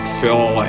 fill